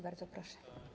Bardzo proszę.